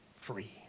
free